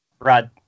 Rod